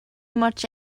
much